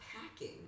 packing